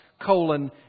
colon